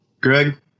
Greg